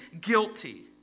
guilty